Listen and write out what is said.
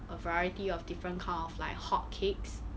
a variety of different kind of like hotcakes